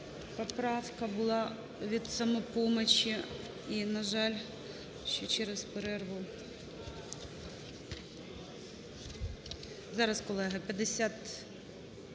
поправка була від "Самопомочі", і, на жаль, через перерву… Зараз, колеги, 50…